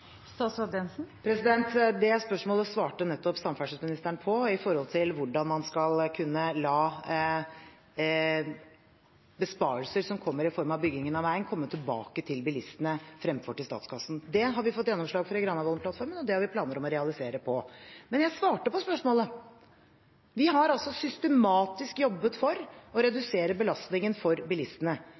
det? Det spørsmålet svarte nettopp samferdselsministeren på når det gjelder hvordan man skal kunne la besparelser som kommer i form av bygging av vei, komme tilbake til bilistene fremfor til statskassen. Det har vi fått gjennomslag for i Granavolden-plattformen, og det har vi planer om å realisere. Jeg svarte på spørsmålet, vi har systematisk jobbet for å redusere belastningen for bilistene.